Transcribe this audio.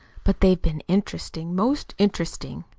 but they've been interesting, most interesting.